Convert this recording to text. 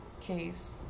case